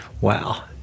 Wow